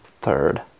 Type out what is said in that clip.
Third